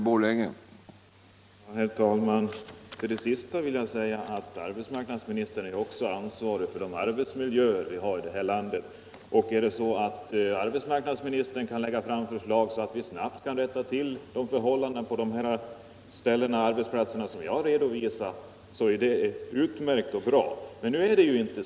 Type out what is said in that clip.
Herr talman! Till det sista vill jag säga att arbetsmarknadsministern . är ju också ansvarig för de arbetsmiljöer vi har i det här landet. Och är det så att arbetsmarknadsministern kan lägga fram sådana förslag att vi snabbt kan rätta tll förhållandena på arbetsplatser av det slag som Jag här har talat om, så är det utmärkt.